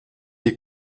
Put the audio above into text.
est